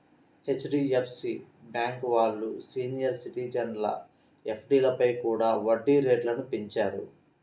HDFC bank వాళ్ళు senior సిటిజన్ల ఎఫ్డీలపై కూడా వడ్డీ రేట్లను పెంచారు